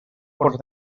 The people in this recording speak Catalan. porcs